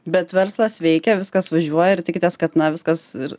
bet verslas veikia viskas važiuoja ir tikitės kad na viskas ir